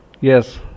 yes